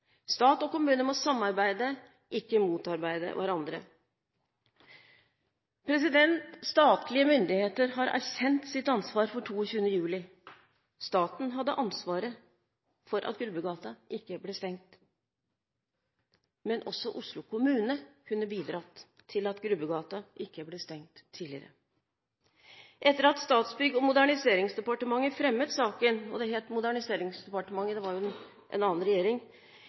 Stat og kommune må samarbeide, ikke motarbeide hverandre. Statlige myndigheter har erkjent sitt ansvar for 22. juli. Staten hadde ansvaret for at Grubbegata ikke ble stengt, men også Oslo kommune kan ha bidratt til at Grubbegata ikke ble stengt tidligere. Etter at Statsbygg og Moderniseringsdepartementet hadde fremmet saken om stenging av Grubbegata i 2005 – det het Moderniseringsdepartementet den gangen, det var jo under en annen regjering